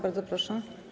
Bardzo proszę.